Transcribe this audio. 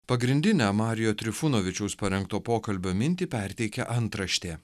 pagrindinę mario trifunovičius parengto pokalbio mintį perteikia antraštė